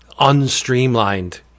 unstreamlined